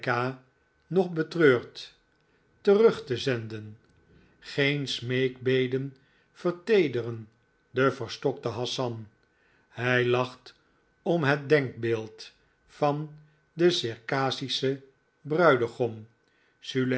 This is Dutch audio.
nog betreurt terug te zenden geen smeekbeden verteederen den verstokten hassan hij lacht om het denkbeeld van den circassischen bruidegom